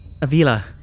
Avila